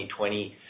2020